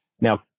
Now